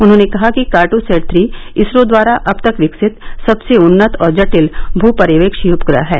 उन्होंने कहा कि कार्टोसैट थ्री इसरो द्वारा अब तक विकसित सबसे उन्नत और जटिल भू पर्यवेक्षी उपग्रह है